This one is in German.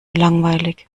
langweilig